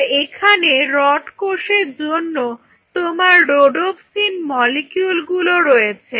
আর এখানে রড কোষের জন্য তোমার রোডোপ্সিন মলিকিউলগুলো রয়েছে